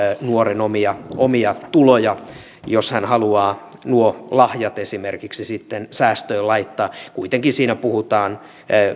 nuoren omia omia tuloja jos hän haluaa nuo lahjat esimerkiksi sitten säästöön laittaa kuitenkin siinä puhutaan